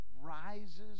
rises